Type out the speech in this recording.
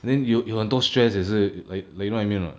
then 有有很多 stress 也是 like you know what I mean or not